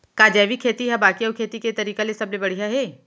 का जैविक खेती हा बाकी अऊ खेती के तरीका ले सबले बढ़िया हे?